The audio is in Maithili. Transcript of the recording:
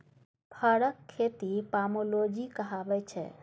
फरक खेती पामोलोजी कहाबै छै